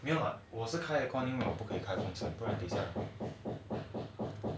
没有 ah 我是开窗口